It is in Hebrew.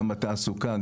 גם בתעסוקה,